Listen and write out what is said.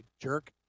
jerk